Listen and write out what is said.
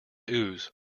ooze